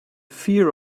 fear